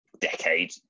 decade